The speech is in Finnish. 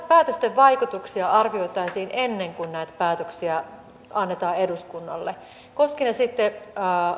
päätösten vaikutuksia arvioitaisiin ennen kuin näitä päätöksiä annetaan eduskunnalle koskien sitten